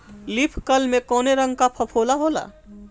Leaf curl में कौने रंग का फफोला होला?